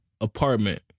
apartment